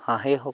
হাঁহেই হওক